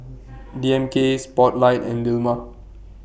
D M K Spotlight and Dilmah